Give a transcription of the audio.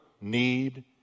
need